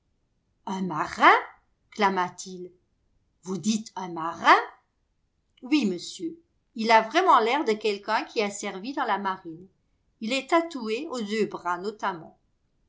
un marin clama t il vous dites un marin oui monsieur il a vraiment l'air de quelqu'un qui a servi dans la marine il est tatoué aux deux bras notamment